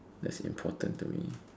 that's important to me